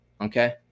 okay